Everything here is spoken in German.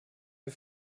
wir